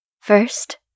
First